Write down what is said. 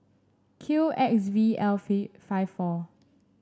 Q X V L five four